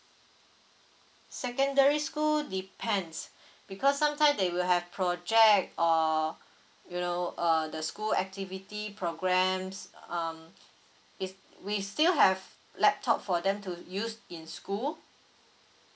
secondary school depends because sometime they will have project uh you know uh the school activity programs um if we still have laptop for them to use in school